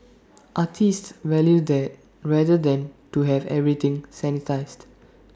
artists value that rather than to have everything sanitised